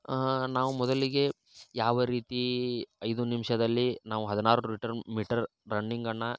ನಾವು ಮೊದಲಿಗೆ ಯಾವ ರೀತಿ ಐದು ನಿಮಿಷದಲ್ಲಿ ನಾವು ಹದಿನಾರು ರಿಟರ್ ಮೀಟರ್ ರನ್ನಿಂಗನ್ನು